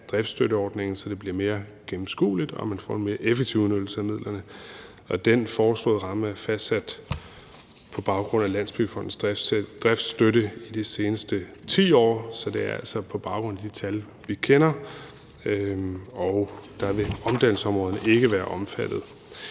så det bliver mere gennemskueligt og man får en mere effektiv udnyttelse af midlerne. Den foreslåede ramme er fastsat på baggrund af Landsbyggefondens driftsstøtte de seneste 10 år, så det er altså på baggrund af de tal, vi kender, og der vil omdannelsesområderne ikke være omfattet.